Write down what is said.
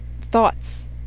thoughts